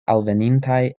alvenintaj